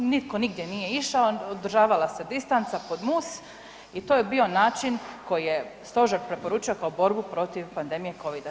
Nitko nigdje nije išao, održavala se distanca pod mus i to je bio način koji je Stožer preporučio kao borbu protiv pandemije COVID-a.